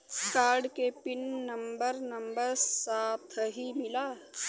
Card के pin number number साथही मिला?